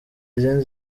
izindi